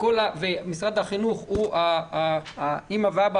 משרד החינוך הוא האימא והאבא,